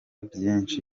byinshi